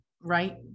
right